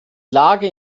lage